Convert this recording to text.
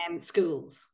schools